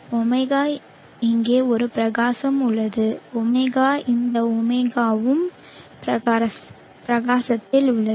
ω இங்கே ஒரு பிரகாசம் உள்ளது ஒமேகா இந்த ஒமேகாவும் பிரகாசத்தில் உள்ளது